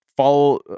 Follow